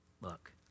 Look